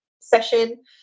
session